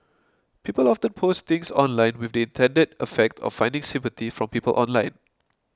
people often post things online with the intended effect of finding sympathy from people online